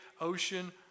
ocean